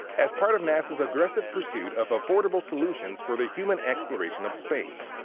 as part of nasa's aggressive pursuit of affordable solutions for the human exploration of space.